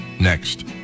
next